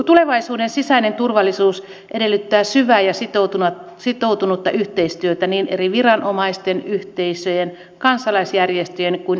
tulevaisuuden sisäinen turvallisuus edellyttää syvää ja sitoutunutta yhteistyötä niin eri viranomaisten yhteisöjen kansalaisjärjestöjen kuin elinkeinoelämän kesken